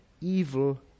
evil